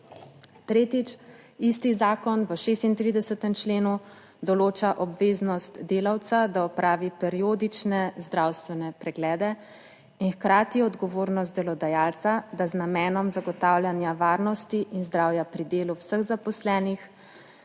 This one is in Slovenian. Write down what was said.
Tretjič, isti zakon v 36. členu določa obveznost delavca, da opravi periodične zdravstvene preglede in hkrati odgovornost delodajalca, da z namenom zagotavljanja varnosti in zdravja pri delu vseh zaposlenih